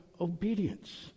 obedience